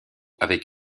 avec